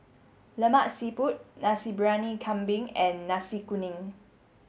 Lemak Siput Nasi Briyani Kambing and Nasi Kuning